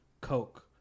Coke